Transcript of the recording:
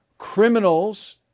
criminals